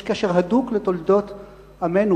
יש קשר הדוק לתולדות עמנו.